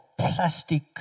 plastic